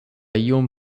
iom